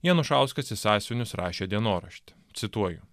janušauskas į sąsiuvinius rašė dienoraštį cituoju